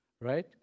right